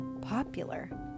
popular